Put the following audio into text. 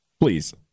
Please